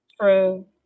True